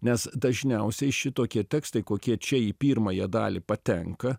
nes dažniausiai šitokie tekstai kokie čia į pirmąją dalį patenka